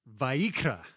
Vaikra